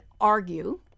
argue